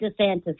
DeSantis